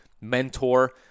mentor